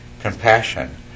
compassion